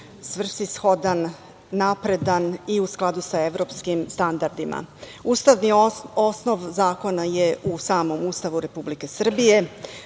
svrsishodan, napredan, i u skladu sa evropskim standardima. Ustavni osnov zakona je u samom Ustavu Republike Srbije.